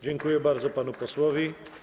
Dziękuję bardzo panu posłowi.